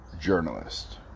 journalist